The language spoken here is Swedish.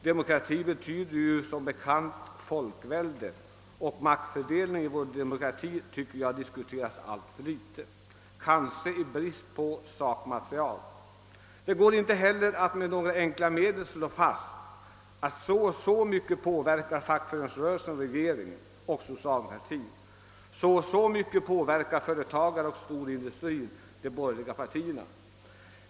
Demokrati betyder som bekant folkvälde, och maktfördelningen i vår demokrati diskuteras alltför litet, kanske i brist på sakmaterial. Det går inte heller att med några enkla medel slå fast, att fackföreningsrörelsen påverkar regeringen och socialdemokratin så och så mycket och att företagarna och storindustrin påverkar de borgerliga partierna så och så mycket.